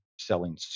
selling